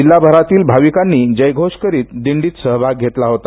जिल्हाभरातील भाविकांनी जयघोष करीत दिंडीत सहभाग घेतला होता